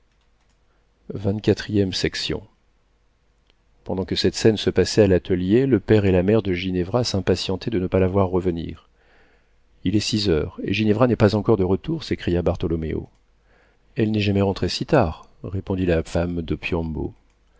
pendant que cette scène se passait à l'atelier le père et la mère de ginevra s'impatientaient de ne pas la voir revenir il est six heures et ginevra n'est pas encore de retour s'écria bartholoméo elle n'est jamais rentrée si tard répondit la femme